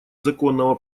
законного